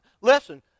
Listen